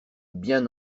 bien